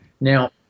Now